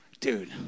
Dude